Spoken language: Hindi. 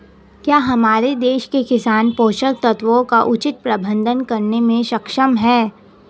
क्या हमारे देश के किसान पोषक तत्वों का उचित प्रबंधन करने में सक्षम हैं?